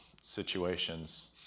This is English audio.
situations